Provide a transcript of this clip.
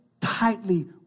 tightly